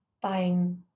buying